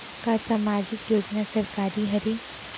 का सामाजिक योजना सरकारी हरे?